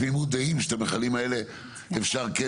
הינו תמימי דעים שאת המכלים האלה אפשר כן